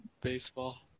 baseball